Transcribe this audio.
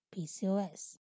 PCOS